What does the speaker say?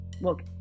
Look